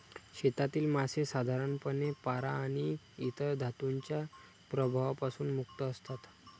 शेतातील मासे साधारणपणे पारा आणि इतर धातूंच्या प्रभावापासून मुक्त असतात